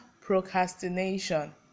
procrastination